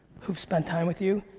who spend time with you,